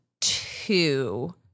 two